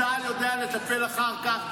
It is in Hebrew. צה"ל יודע לטפל אחר כך,